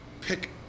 pick